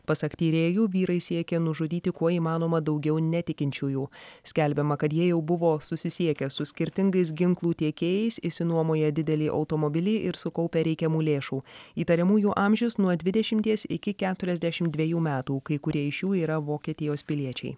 pasak tyrėjų vyrai siekė nužudyti kuo įmanoma daugiau netikinčiųjų skelbiama kad jie jau buvo susisiekę su skirtingais ginklų tiekėjais išsinuomoję didelį automobilį ir sukaupę reikiamų lėšų įtariamųjų amžius nuo dvidešimties iki keturiasdešimt dvejų metų kai kurie iš jų yra vokietijos piliečiai